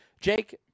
Jake